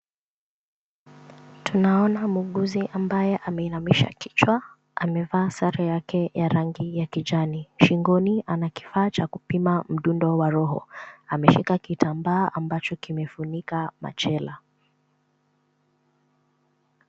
Tunaona muuguzi ambaye ameinamisha kichwa. Amevaa sare yake ya rangi ya kijani. Shingoni ana kifaa cha kupima mdundo wa roho. Ameshika kitambaa ambacho kimefunika machela.